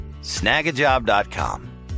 Snagajob.com